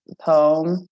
poem